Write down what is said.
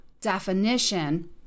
definition